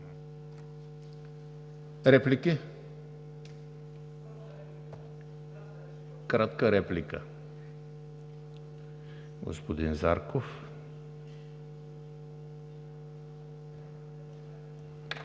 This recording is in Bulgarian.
Реплики? Кратка реплика – господин Зарков.